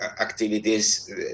activities